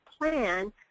plan